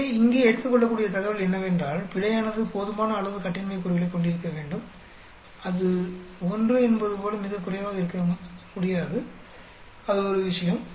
எனவே இங்கே எடுத்துகொள்ளக்கூடிய தகவல் என்னவென்றால் பிழையானது போதுமான அளவு கட்டின்மை கூறுகளைக் கொண்டிருக்க வேண்டும் அது 1 என்பதுபோல மிகக் குறைவாக இருக்க முடியாது அது ஒரு விஷயம்